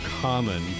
common